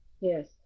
Yes